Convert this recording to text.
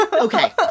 okay